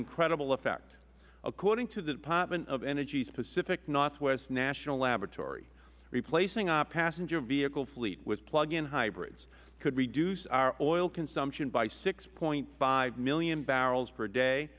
incredible effect according to the department of energy's pacific northwest national laboratory replacing our passenger vehicle fleet with plug in hybrids could reduce our oil consumption by six point five million barrels a day